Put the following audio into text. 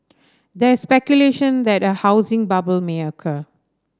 there is speculation that a housing bubble may occur